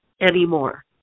anymore